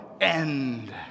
end